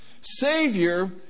Savior